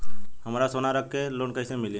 हमरा सोना रख के लोन कईसे मिली?